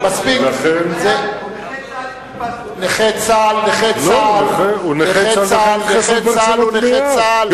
נכה צה"ל הוא נכה צה"ל,